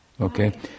okay